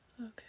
Okay